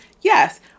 Yes